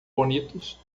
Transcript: bonitos